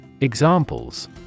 Examples